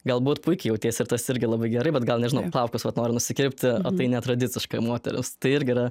galbūt puikiai jautiesi ir tas irgi labai gerai bet gal nežinau plaukus vat nori nusikirpti tai netradiciškai moters tai irgi yra